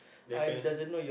defini~